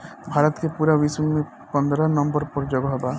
भारत के पूरा विश्व में पन्द्रह नंबर पर जगह बा